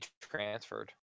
transferred